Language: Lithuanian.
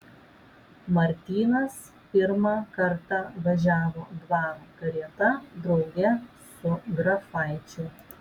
martynas pirmą kartą važiavo dvaro karieta drauge su grafaičiu